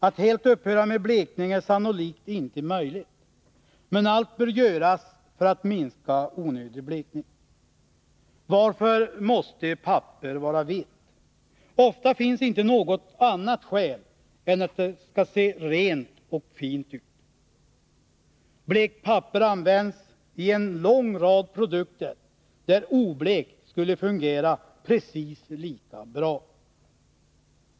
Att helt upphöra med blekning är sannolikt inte möjligt, men allt bör göras för att minska onödig blekning. Varför måste papper vara vitt? Ofta finns inte något annat skäl än att det skall se rent och fint ut. Blekt papper används i en lång rad produkter där oblekt skulle fungera precis lika bra.